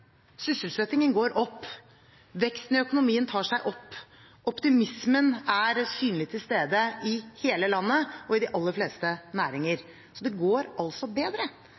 sysselsettingen går opp, veksten i økonomien tar seg opp, og optimismen er synlig til stede i hele landet og i de aller fleste næringer. Så det går altså bedre.